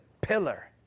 pillar